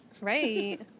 Right